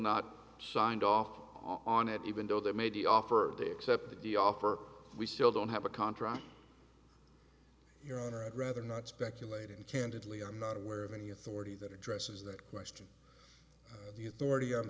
not signed off on it even though they made the offer to accept the deal for we still don't have a contract your honor i'd rather not speculate and candidly i'm not aware of any authority that addresses that question the authority i'm